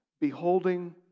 Beholding